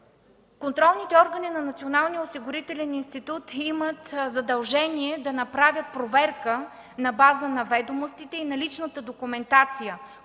осигурителен институт имат задължение да направят проверка на база на ведомостите и наличната документация,